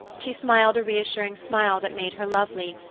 she smiled a reassuring smile that made her lovely,